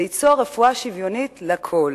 זה ייצור רפואה שוויונית לכול.